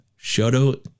Shoto